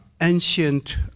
ancient